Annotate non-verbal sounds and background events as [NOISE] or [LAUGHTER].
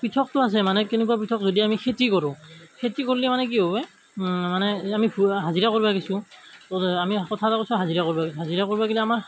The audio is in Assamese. পৃথকটো আছেই মানে কেনেকুৱা পৃথক যদি আমি খেতি কৰোঁ খেতি কৰিলে মানে কি হয় মানে আমি ভুৱা হাজিৰা কৰিব গৈছোঁ [UNINTELLIGIBLE] আমি পথাৰত গৈছোঁ হাজিৰা কৰিব হাজিৰা কৰিব গ'লে আমাৰ